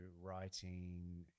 writing